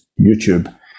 YouTube